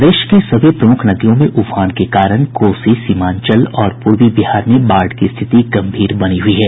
प्रदेश की प्रमुख नदियों में उफान के कारण कोसी सीमांचल और पूर्वी बिहार में बाढ़ की रिथिति गम्भीर बनी हुई है